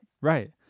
Right